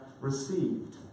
received